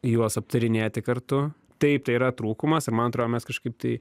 juos aptarinėti kartu taip tai yra trūkumas ir man atro mes kažkaip tai